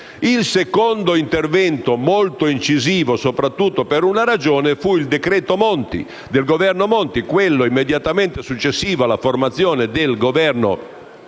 Il secondo intervento molto incisivo, soprattutto per una ragione, fu il decreto-legge del Governo Monti, immediatamente successivo alla formazione di quel Governo,